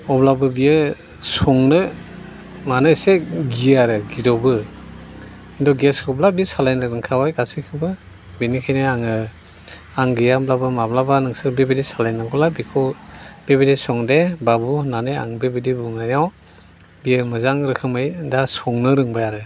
अब्लाबो बियो संनो मानो एसे गियो आरो गिदबो खिन्थु गेसखौब्ला बियो सालायनो रोंखाबाय गासैखौबो बेनिखायनो आङो आं गैयाब्लाबो माब्लाबा नोंसोर बेबायदि सालाय नांगौब्ला बेखौ बेबायदि संदे बाबु होन्नानै आं बेबायदि बुंनायाव बियो मोजां रोखोमै दा संनो रोंबाय आरो